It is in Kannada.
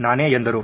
ನಾನೇ ಎಂದರು